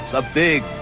a big,